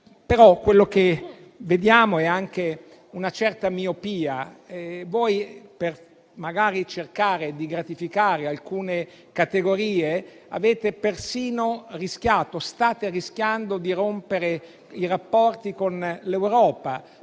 Quello che vediamo, poi, è anche una certa miopia. Magari per cercare di gratificare alcune categorie avete persino rischiato e state rischiando di rompere i rapporti con l'Europa: